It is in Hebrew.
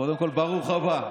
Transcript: קודם כול, ברוך הבא.